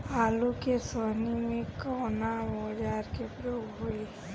आलू के सोहनी में कवना औजार के प्रयोग होई?